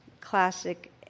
classic